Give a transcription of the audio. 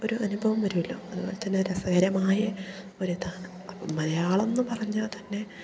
ഒരു അനുഭവം വരുമല്ലോ അതുപോലെ തന്നെ രസകരമായ ഒരു ഇതാണ് മലയാളം എന്നു പറഞ്ഞാൽ തന്നെ